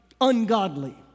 ungodly